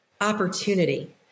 opportunity